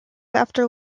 after